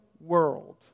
world